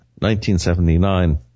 1979